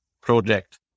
project